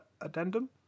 Addendum